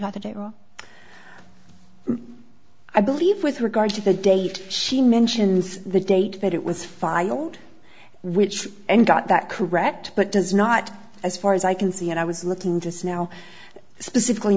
got the day i believe with regard to the date she mentions the date that it was filed which and got that correct but does not as far as i can see and i was looking to snow specifically